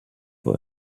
for